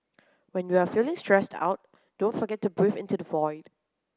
when you are feeling stressed out don't forget to breathe into the void